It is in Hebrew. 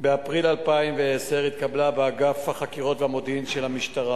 באפריל 2010 התקבלה באגף החקירות והמודיעין של המשטרה